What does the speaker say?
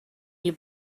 you